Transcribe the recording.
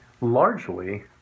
largely